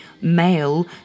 male